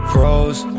Froze